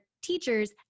teachers